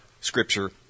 Scripture